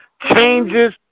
changes